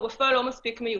הוא בפועל לא מיושם.